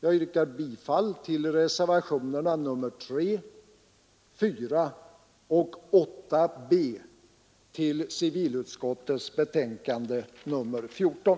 Jag yrkar bifall till reservationerna 3, 4 och 8b vid civilutskottets betänkande nr 14.